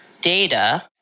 data